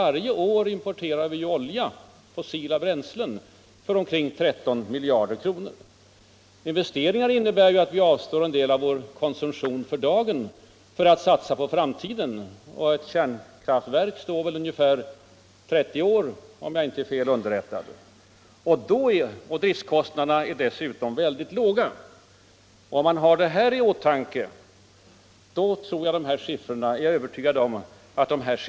Varje år importerar vi alltså fossila bränslen för omkring 13 miljarder kronor. Investeringar innebär ju att vi avstår en del av vår konsumtion för dagen för att satsa på framtiden. Ett kärnkraftverk står i ungefär 30 år, om jag inte är fel underrättad. Det är på en så lång period investeringskostnaderna skall slås ut. Driftkostnaderna är dessutom låga. Om man har detta i åtanke är jag övertygad om att siffrorna får helt andra proportioner än man annars kan få ett intryck av.